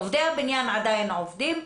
עובדי הבניין עדיין עובדים,